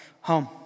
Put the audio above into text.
home